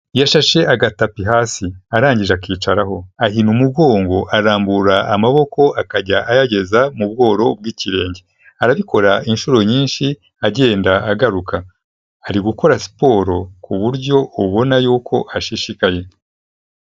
Yashashe agatapi hasi arangije akicaraho, ahina umugongo arambura amaboko akajya ayageza mu bworo bw'ikirenge, arabikora inshuro nyinshi, agenda agaruka, ari gukora siporo ku buryo ubona yuko ashishikaye.